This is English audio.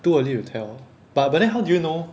too early to tell but but then how do you know